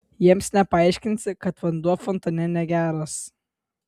jiems nepaaiškinsi kad vanduo fontane negeras